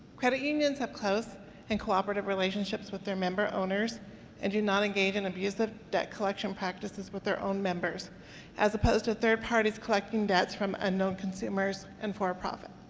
credit unions have close and cooperative relationships with their member owners and do not engage in abusive debt collection practices with their own member as opposed to third parties collecting debts from unknown consumers and for-profit.